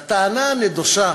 על הטענה הנדושה